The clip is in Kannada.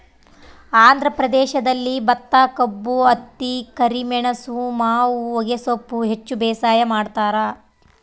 ಆಂಧ್ರ ಪ್ರದೇಶದಲ್ಲಿ ಭತ್ತಕಬ್ಬು ಹತ್ತಿ ಕರಿಮೆಣಸು ಮಾವು ಹೊಗೆಸೊಪ್ಪು ಹೆಚ್ಚು ಬೇಸಾಯ ಮಾಡ್ತಾರ